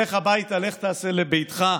לך הביתה, לך תעשה לביתך.